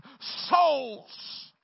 souls